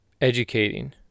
educating